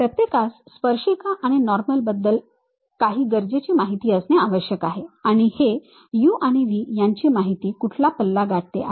प्रत्येकास स्पर्शिका आणि नॉर्मल बद्दल काही गरजेची माहिती असणे आवश्यक आहे आणि हे u आणि v यांची माहिती कुठला पल्ला गाठते आहे